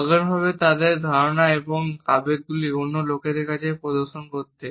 অজ্ঞানভাবে তাদের ধারণা এবং আবেগগুলি অন্য লোকেদের কাছে প্রদর্শন করতে